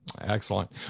Excellent